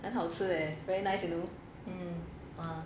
好吃 leh very nice you know